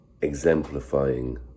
exemplifying